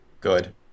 good